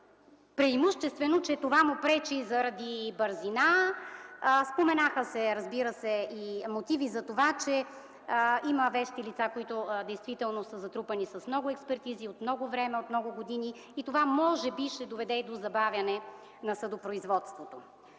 преимуществено, че това му пречи заради бързина. Споменаха се, разбира се, мотиви и за това, че има вещи лица, които са затрупани с много експертизи от много време, от много години, и това може би ще доведе до забавяне на съдопроизводството.